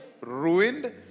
ruined